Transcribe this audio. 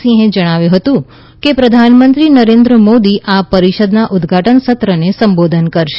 સિંહે જણાવ્યું હતું કે પ્રધાનમંત્રી નરેન્દ્ર મોદી આ પરિષદના ઉદઘાટન સત્રને સંબોધન કરશે